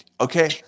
Okay